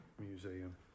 museum